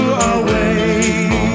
away